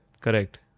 Correct